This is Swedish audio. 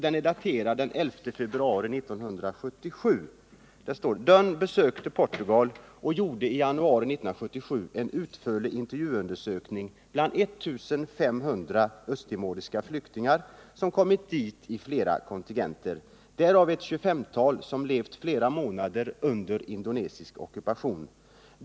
Den är daterad den 11 februari 1977. Dunn besökte Portugal och gjorde i januari 1977 en utförlig intervjuun ockupation.